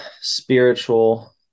spiritual